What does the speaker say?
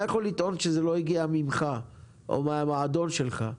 אתה יכול לטעון שזה לא הגיע ממך, או מהמועדון שלך,